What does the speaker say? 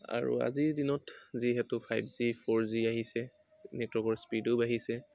আৰু আজিৰ দিনত যিহেতু ফাইভ জি ফ'ৰ জি আহিছে নেটৱৰ্কৰ স্পিডো বাঢ়িছে